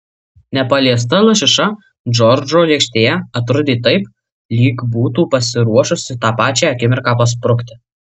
nepaliesta lašiša džordžo lėkštėje atrodė taip lyg būtų pasiruošusi tą pačią akimirką pasprukti